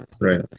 right